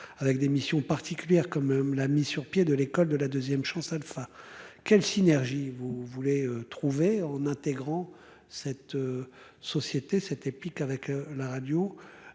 avec des missions particulières quand même la mise sur pied de l'école de la 2ème chance Alpha. Quelles synergies vous voulez trouver en intégrant cette. Société cette épique avec la radio.